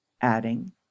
adding